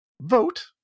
vote